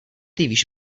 víš